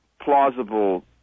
plausible